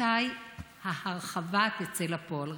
מתי ההרחבה תצא לפועל.